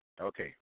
Okay